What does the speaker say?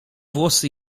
włosy